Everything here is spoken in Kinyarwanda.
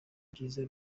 ibyiza